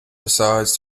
decides